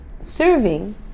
serving